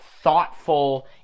thoughtful